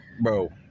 Bro